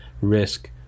risk